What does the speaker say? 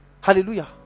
Hallelujah